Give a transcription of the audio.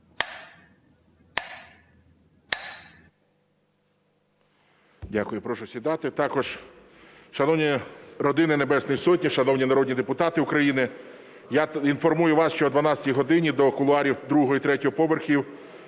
Дякую. Прошу сідати. Також, шановні родини Небесної Сотні, шановні народні депутати України, я інформую вас, що о 12 годині у кулуарах другого і третього поверхів